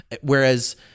Whereas